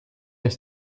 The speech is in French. des